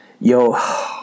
Yo